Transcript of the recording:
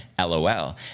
LOL